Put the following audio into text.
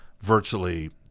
Virtually